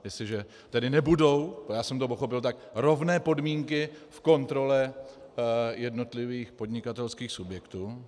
Jestliže tedy nebudou já jsem to pochopil tak rovné podmínky v kontrole jednotlivých podnikatelských subjektů.